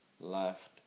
left